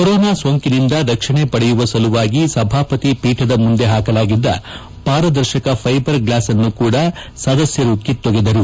corona ಸೋಂಕಿನಿಂದ ರಕ್ಷಣೆ ಪಡೆಯುವ ಸಲುವಾಗಿ ಸಭಾವತಿ ಪೀಠದ ಮುಂದೆ ಹಾಕಲಾಗಿದ್ದ ಪಾರದರ್ಶಕ ಫೈಬರ್ ಗ್ಲಾಸ್ ಅನ್ನೂ ಕೂಡ ಸದಸ್ಯರು ಕಿತ್ತೊಗೆದರು